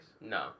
No